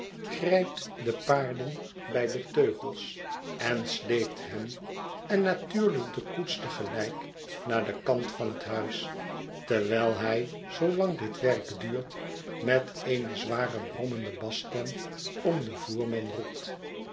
grijpt de paarden by deteugels en sleept hen en natuurlijk de koets te gelijk naar den kant van het huis terwijl hij zoolang dit werk duurt met eene zware brommende basstem om den voerman roept